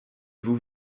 vous